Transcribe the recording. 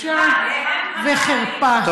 בושה וחרפה.